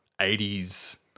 80s